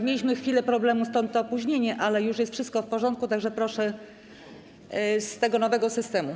Mieliśmy przez chwilę problem, stąd to opóźnienie, ale już jest wszystko w porządku, tak że proszę z tego nowego systemu.